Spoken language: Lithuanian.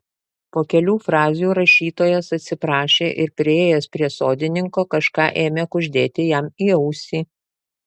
po kelių frazių rašytojas atsiprašė ir priėjęs prie sodininko kažką ėmė kuždėti jam į ausį